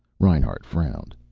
reinhart frowned.